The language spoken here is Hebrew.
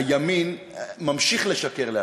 אדוני היושב-ראש,